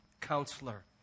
counselor